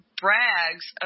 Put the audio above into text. brags